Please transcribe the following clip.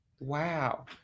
wow